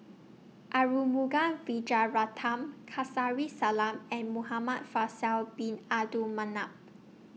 Arumugam Vijiaratnam Kamsari Salam and Muhamad Faisal Bin Abdul Manap